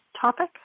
topic